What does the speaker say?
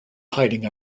hiding